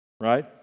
Right